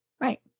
Right